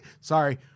sorry